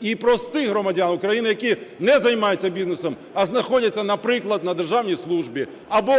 і простих громадян України, які не займаються бізнесом, а знаходяться, наприклад, на державній службі або